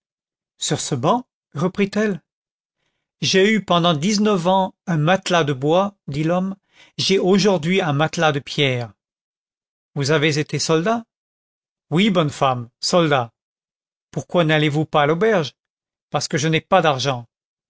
sur ce banc reprit-elle j'ai eu pendant dix-neuf ans un matelas de bois dit l'homme j'ai aujourd'hui un matelas de pierre vous avez été soldat oui bonne femme soldat pourquoi n'allez-vous pas à l'auberge parce que je n'ai pas d'argent